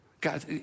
God